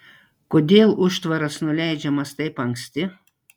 kodėl užtvaras nuleidžiamas taip anksti